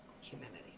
Humanity